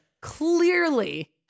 clearly